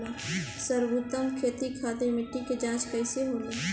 सर्वोत्तम खेती खातिर मिट्टी के जाँच कइसे होला?